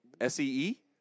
S-E-E